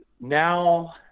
now